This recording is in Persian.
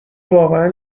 واقعا